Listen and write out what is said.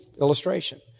illustration